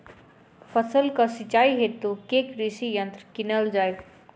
फसलक सिंचाई हेतु केँ कृषि यंत्र कीनल जाए?